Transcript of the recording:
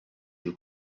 lill